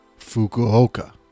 Fukuoka